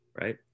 right